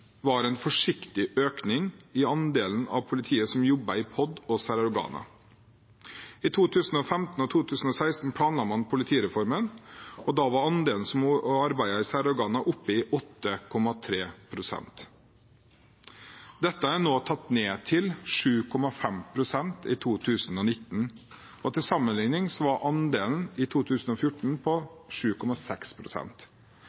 var en forsiktig økning i andelen av politiet som jobbet i POD og særorganer. I 2015 og 2016 planla man politireformen, og da var andelen som arbeidet i særorganer, oppe i 8,3 pst. Dette er tatt ned til 7,5 pst. i 2019. Til sammenligning var andelen i 2014